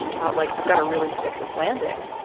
thought, like i've gotta really stick this landing.